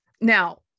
Now